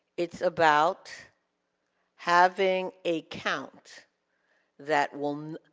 it's about having a count that will,